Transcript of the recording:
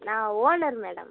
நான் owner madam